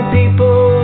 people